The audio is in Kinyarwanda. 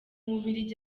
bubiligi